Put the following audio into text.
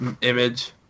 image